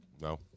No